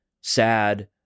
sad